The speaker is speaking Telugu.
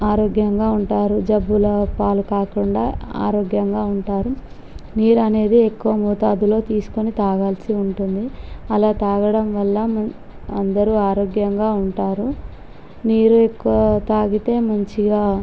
ఆరోగ్యంగా ఉంటారు జబ్బులపాలు కాకుండా ఆరోగ్యంగా ఉంటారు నీరు అనేది ఎక్కువ మోతాదులో తీసుకుని తాగాల్సి ఉంటుంది అలా తాగడం వల్ల అందరూ ఆరోగ్యంగా ఉంటారు నీరు ఎక్కువ తాగితే మంచిగా